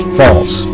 false